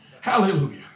Hallelujah